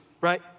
right